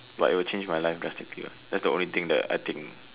but it will change my life drastically what that's the only thing I think